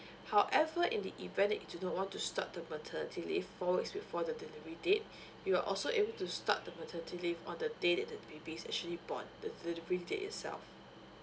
however in the event that you do not want to start the maternity leave four weeks before the delivery date you are also able to start the maternity leave on the day that the baby actually born the delivery date itself